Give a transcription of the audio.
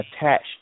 attached